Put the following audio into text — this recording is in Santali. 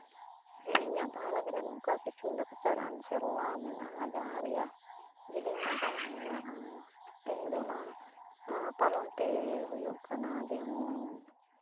ᱦᱮᱸ ᱤᱧᱟᱹᱜ ᱜᱷᱟᱨᱚᱸᱡᱽ ᱨᱮ ᱱᱚᱝᱠᱟ ᱠᱤᱪᱷᱩ ᱞᱟᱠᱪᱟᱨᱟᱱ ᱥᱮᱨᱣᱟ ᱢᱮᱱᱟᱜᱼᱟ ᱡᱟᱦᱟᱸ ᱨᱮᱭᱟᱜ ᱡᱤᱞᱤᱧ ᱱᱟᱜᱟᱢ ᱢᱮᱱᱟᱜᱼᱟ ᱛᱮᱦᱮᱧ ᱫᱚ ᱚᱱᱟ ᱯᱟᱨᱚᱢ ᱛᱮ ᱦᱩᱭᱩᱜ ᱠᱟᱱᱟ ᱡᱮᱢᱚᱱ